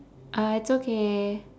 uh it's okay